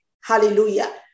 Hallelujah